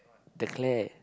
the Claire